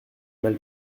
mal